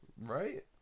Right